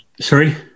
Sorry